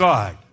God